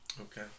Okay